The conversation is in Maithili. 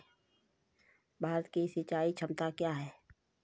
भारत की सिंचाई क्षमता क्या हैं?